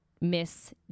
miss